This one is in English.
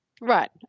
Right